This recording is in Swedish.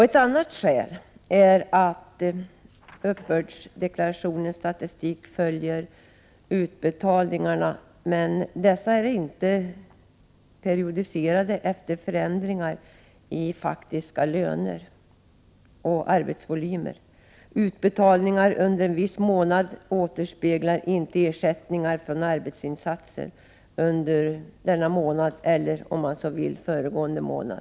Ett annat skäl är att uppbördsdeklarationsstatistiken följer utbetalningarna men att dessa inte är periodiserade efter förändringar i faktiska löner och arbetsvolymer. Utbetalningar under en viss månad återspeglar inte ersättningar för arbetsinsatser under denna månad eller, om man så vill, föregående månad.